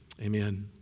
amen